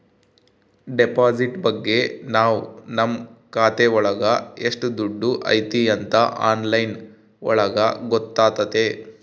deposit ಬಗ್ಗೆ ನಾವ್ ನಮ್ ಖಾತೆ ಒಳಗ ಎಷ್ಟ್ ದುಡ್ಡು ಐತಿ ಅಂತ ಆನ್ಲೈನ್ ಒಳಗ ಗೊತ್ತಾತತೆ